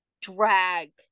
drag